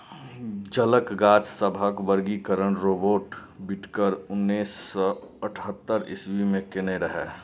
जलक गाछ सभक वर्गीकरण राबर्ट बिटकर उन्नैस सय अठहत्तर इस्वी मे केने रहय